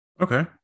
okay